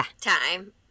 time